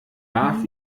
warf